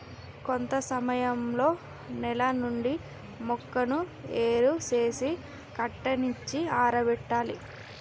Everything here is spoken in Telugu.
కొంత సమయంలో నేల నుండి మొక్కను ఏరు సేసి కట్టనిచ్చి ఆరబెట్టాలి